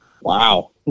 Wow